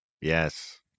Yes